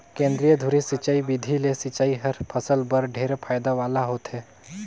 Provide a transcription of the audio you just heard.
केंद्रीय धुरी सिंचई बिधि ले सिंचई हर फसल बर ढेरे फायदा वाला होथे